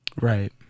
Right